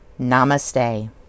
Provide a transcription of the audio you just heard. Namaste